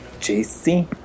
jc